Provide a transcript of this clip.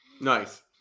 Nice